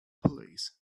pulleys